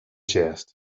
chest